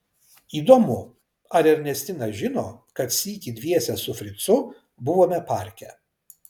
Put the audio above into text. įdomu ar ernestina žino kad sykį dviese su fricu buvome parke